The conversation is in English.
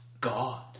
God